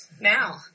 now